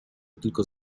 tylko